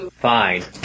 Fine